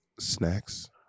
Snacks